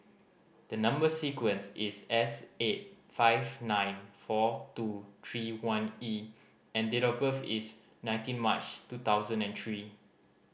the number sequence is S eight five nine four two three one E and date of birth is nineteen March two thousand and three